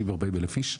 30,000 איש,